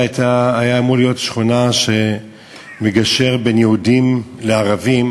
זו הייתה אמורה להיות שכונה שמגשרת בין יהודים לערבים,